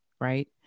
right